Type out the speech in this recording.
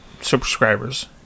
subscribers